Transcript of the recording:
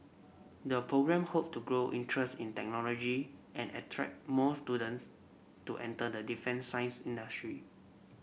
the programme hope to grow interest in technology and attract more students to enter the defence science industry